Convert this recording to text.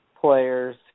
players